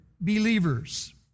believers